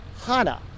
Hana